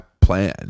plan